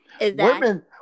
Women